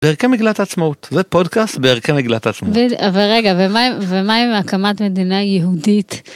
בערכי מגלת עצמאות זה פודקאסט בערכי מגלת עצמאות. אבל רגע, ומה עם הקמת מדינה יהודית?